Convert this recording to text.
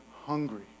hungry